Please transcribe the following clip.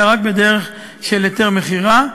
אלא רק בדרך של היתר מכירה.